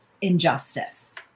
injustice